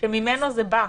שממנו זה בא.